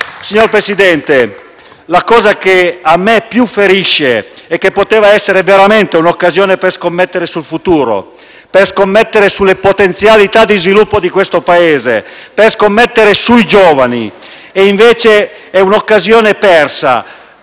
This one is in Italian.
Signor Presidente, la cosa che a me più ferisce è che poteva essere veramente un'occasione per scommettere sul futuro, sulle potenzialità di sviluppo del Paese e sui giovani. Invece, è un'occasione persa,